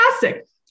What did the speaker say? fantastic